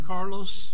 Carlos